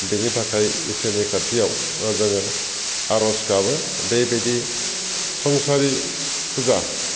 बेनि थाखाय इसोरनि खाथियाव जोङो आरज गाबो बेबायदि संसारि फुजा